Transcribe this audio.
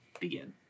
begin